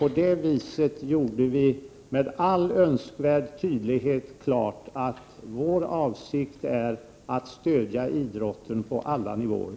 På det sättet gjorde vi med all önskvärd tydlighet klart att vår avsikt är att stödja idrotten på alla nivåer.